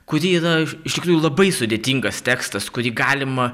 kuri yra iš iš tikrųjų labai sudėtingas tekstas kurį galima